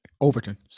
Overton